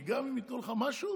כי גם אם ייתנו לך משהו,